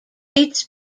dates